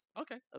Okay